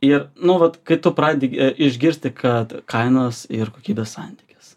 ir nu vat kai tu pradedi išgirsti kad kainos ir kokybės santykis